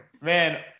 Man